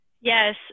Yes